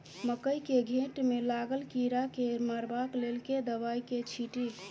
मकई केँ घेँट मे लागल कीड़ा केँ मारबाक लेल केँ दवाई केँ छीटि?